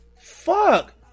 Fuck